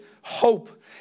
hope